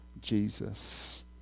Jesus